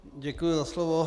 Děkuji za slovo.